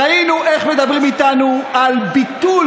ראינו איך מדברים איתנו על ביטול